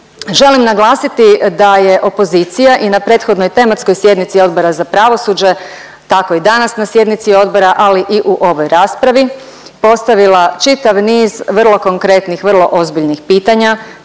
Želim naglasiti da je opozicija i na prethodnoj tematskoj sjednici Odbora za pravosuđe, tako i danas na sjednici odbora, ali i u ovoj raspravi, postavila čitav niz vrlo konkretnih, vrlo ozbiljnih pitanja,